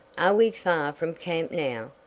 are we far from camp now?